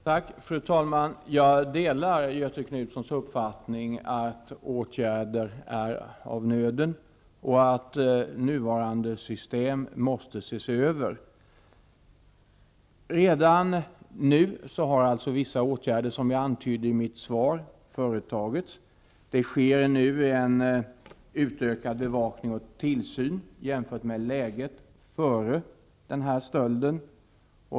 Fru talman! Jag delar Göthe Knutsons uppfattning att åtgärder är av nöden tvungna och att nuvarande system måste ses över. Redan nu har, som jag antydde i mitt svar, vissa åtgärder företagits. Det sker nu en utökad bevakning och tillsyn jämfört med läget före denna stöld.